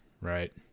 right